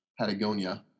Patagonia